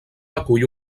acull